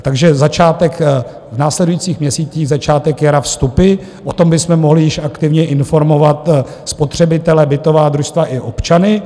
Takže začátek v následujících měsících, začátek jara vstupy, o tom bychom mohli již aktivně informovat spotřebitele, bytová družstva i občany.